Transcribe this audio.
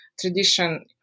tradition